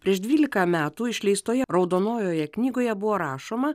prieš dvylika metų išleistoje raudonojoje knygoje buvo rašoma